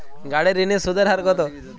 গাড়ির ঋণের সুদের হার কতো?